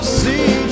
see